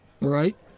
right